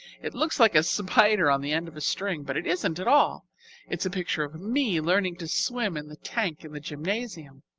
it looks like a spider on the end of a string, but it isn't at all it's a picture of me learning to swim in the tank in the gymnasium.